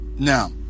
Now